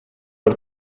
per